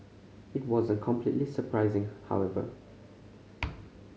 it wasn't completely surprising however